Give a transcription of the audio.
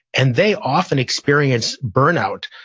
and they often experience burnout.